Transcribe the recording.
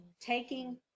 taking